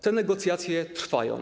Te negocjacje trwają.